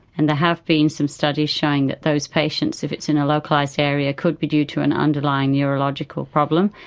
and there have been some studies showing that those patients, patients, if it's in a localised area, could be due to an underlying neurological problem.